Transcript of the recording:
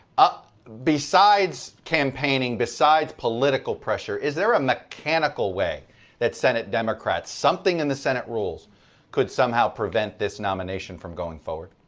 ah besides campaigning, besides political pressure, is there a mechanical way that senate democrats, something in the senate rules could somehow prevent this nomination from going forward?